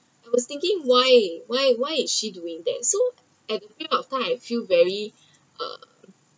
I was thinking why why why is she doing that so at few of time I feel very uh